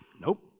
Nope